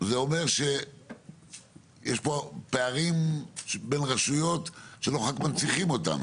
זה אומר שיש פה פערים בין רשויות שאנחנו רק מנציחים אותם.